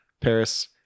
Paris